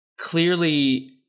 clearly